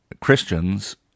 Christians